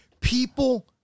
people